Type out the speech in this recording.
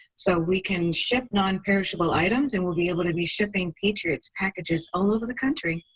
so we can ship nonperishable items and we'll be able to be shipping patriots packages all over the country.